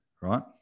right